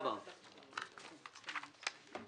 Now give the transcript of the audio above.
הצבעה בעד,